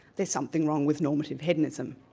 there's something wrong with normative hedonism.